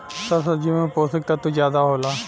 सब सब्जी में पोसक तत्व जादा होला